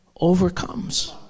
overcomes